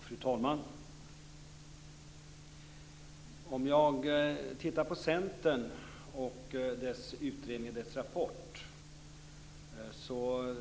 Fru talman! Vad gäller Centern och dess rapport har